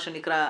מה שנקרא,